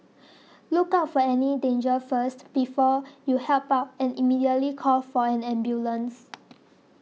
look out for any danger first before you help out and immediately call for an ambulance